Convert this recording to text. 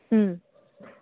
ꯎꯝ